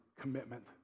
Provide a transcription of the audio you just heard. commitment